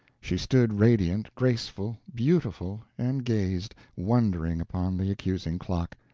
she stood radiant, graceful, beautiful, and gazed, wondering, upon the accusing clock.